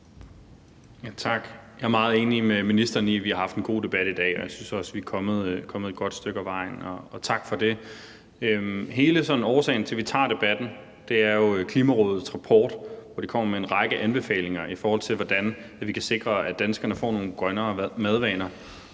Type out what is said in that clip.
Tak. Jeg er meget enig med ministeren i, at vi har haft en god debat i dag, og jeg synes også, vi er kommet et godt stykke af vejen, og tak for det. Hele årsagen til, at vi tager debatten, er jo Klimarådets rapport, hvori de kommer med en række anbefalinger, i forhold til hvordan vi kan sikre, at danskerne får nogle grønnere madvaner.